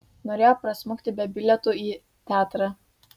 norėjo prasmukti be bilietų į teatrą